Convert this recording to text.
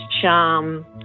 charm